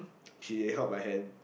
she held my hand